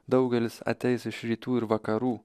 daugelis ateis iš rytų ir vakarų